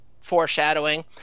foreshadowing